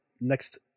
next